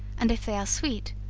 and if they are sweet,